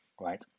Right